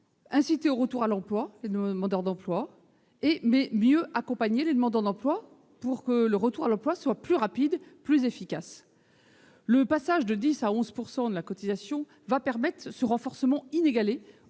inciter au retour à l'emploi les demandeurs d'emploi ; mieux accompagner ces derniers, pour que le retour à l'emploi soit plus rapide et plus efficace. Le passage de 10 % à 11 % de la cotisation permettra ce renforcement inégalé